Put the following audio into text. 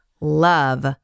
love